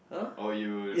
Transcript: oh you